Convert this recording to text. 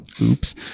oops